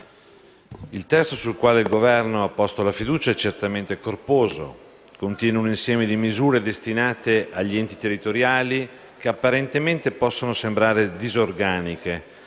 il testo sul quale il Governo ha posto la fiducia è certamente corposo e contiene un insieme di misure destinate agli enti territoriali che apparentemente possono sembrare disorganiche,